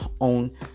own